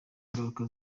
ngaruka